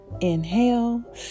Inhale